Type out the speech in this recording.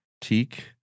Teak